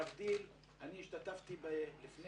לפני